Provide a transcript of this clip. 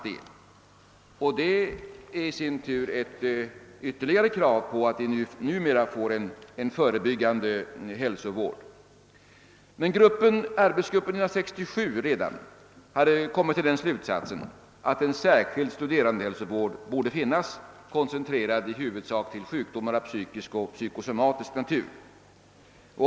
Detta är i så fall ytterligare ett skäl för att vi nu bör få en förebyggande hälsovård. Redan arbetsgruppen 1967 hade kommit till den slutsatsen att en särskild studerandehälsovård borde finnas, i huvudsak koncentrerad till sjukdomar av psykisk och psykosomatisk natur.